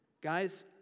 guys